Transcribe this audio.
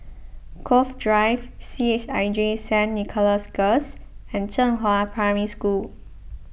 Cove Drive C H I J Saint Nicholas Girls and Zhenghua Primary School